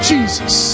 Jesus